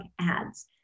ads